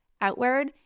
outward